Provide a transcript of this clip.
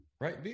right